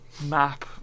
Map